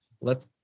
let